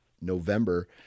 november